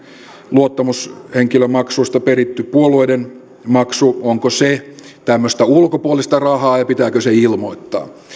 luottamushenkilömaksusta peritty puolueiden maksu tämmöistä ulkopuolista rahaa ja pitääkö se ilmoittaa